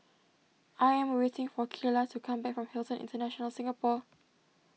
I am waiting for Keila to come back from Hilton International Singapore